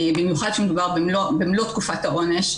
במיוחד כשמדובר במלוא תקופת העונש,